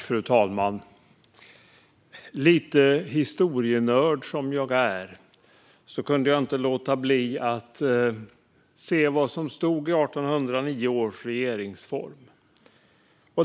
Fru talman! Lite historienörd som jag är kunde jag inte låta bli att se vad som stod i 1809 års regeringsform.